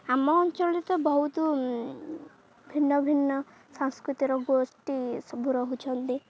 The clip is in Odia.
ଆମ ଅଞ୍ଚଳରେ ତ ବହୁତ ଭିନ୍ନ ଭିନ୍ନ ସାଂସ୍କୃତିକ ଗୋଷ୍ଠୀ ସବୁ ରହୁଛନ୍ତି